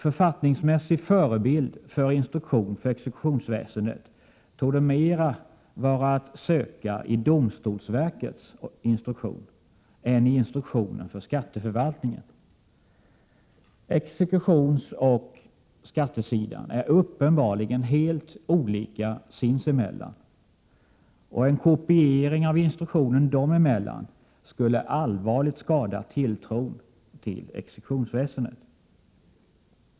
Författningsmässig förebild för instruktion för exekutionsväsendet torde mera vara att söka i domstolsverkets instruktion än i instruktionen för skatteförvaltningen. Exekutionsoch skattesidan är uppenbarligen helt olika sinsemellan, och en kopiering av instruktionen dem emellan skulle allvarligt skada tilltron till exekutionsväsendet.